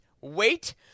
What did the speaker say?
wait